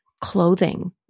clothing